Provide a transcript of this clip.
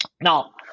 Now